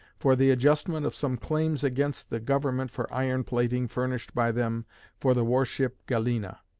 for the adjustment of some claims against the government for iron plating furnished by them for the war-ship galena.